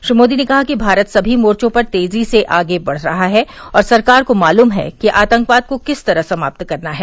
श्री मोदी ने कहा कि भारत सभी मोर्चों पर तेजी से आगे बढ़ रहा है और सरकार को मालूम है कि आतंकवाद को किस तरह समाप्त करना है